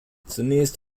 zunächst